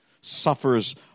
suffers